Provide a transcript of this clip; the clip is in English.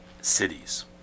cities